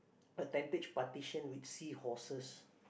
a tentage partition which see horses